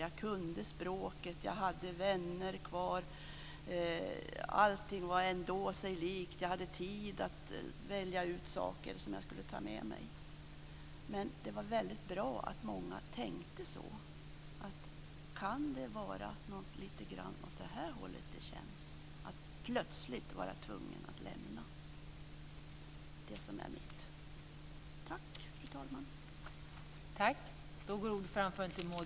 Jag kunde språket. Jag hade vänner kvar. Allting var ändå sig likt. Jag hade tid att välja ut saker att ta med mig. Det var bra att många tänkte så. Det kanske kan vara lite åt det här hållet det känns att plötsligt vara tvungen att lämna det som är mitt. Tack!